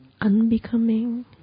unbecoming